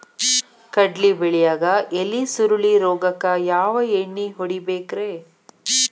ಕಡ್ಲಿ ಬೆಳಿಯಾಗ ಎಲಿ ಸುರುಳಿ ರೋಗಕ್ಕ ಯಾವ ಎಣ್ಣಿ ಹೊಡಿಬೇಕ್ರೇ?